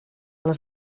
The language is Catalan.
les